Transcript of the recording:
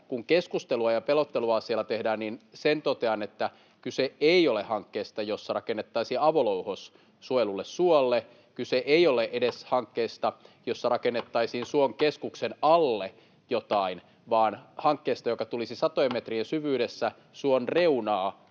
kun keskustelua ja pelottelua asialla tehdään, niin sen totean, että kyse ei ole hankkeesta, jossa rakennettaisiin avolouhos suojellulle suolle. Kyse ei ole edes hankkeesta, jossa rakennettaisiin suon keskuksen alle jotain, vaan hankkeesta, joka tulisi koskemaan satojen metrien syvyydessä suon reunaa,